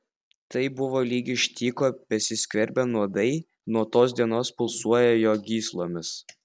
tai buvo lyg iš tyko besiskverbią nuodai nuo tos dienos pulsuoją jo gyslomis